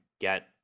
get